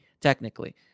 technically